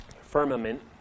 firmament